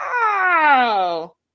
wow